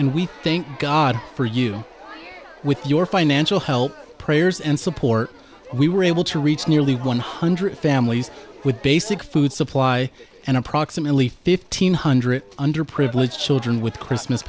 and we thank god for you with your financial help prayers and support we were able to reach nearly one hundred families with basic food supply and approximately fifteen hundred underprivileged children with christmas